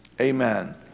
Amen